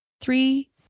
Three